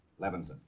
Levinson